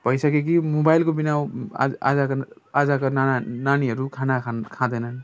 भइसक्यो कि मोबाइलको बिना आजका आजका ना नानीहरू खाना खाँदैनन्